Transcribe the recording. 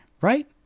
right